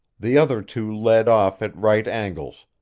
the other two led off at right angles,